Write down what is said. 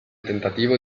tentativo